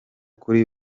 kuri